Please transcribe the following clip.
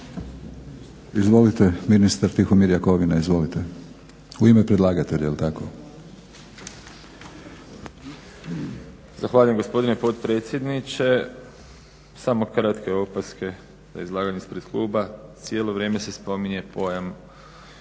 Izvolite, ministar Tihomir Jakovina. Izvolite. U ime predlagatelja jel' tako? **Jakovina, Tihomir (SDP)** Zahvaljujem gospodine potpredsjedniče. Samo kratke opaske na izlaganje ispred kluba. Cijelo vrijeme se spominje pojam